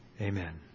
Amen